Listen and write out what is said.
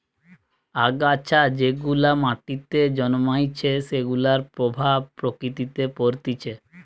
আগাছা যেগুলা মাটিতে জন্মাইছে সেগুলার প্রভাব প্রকৃতিতে পরতিছে